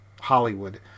Hollywood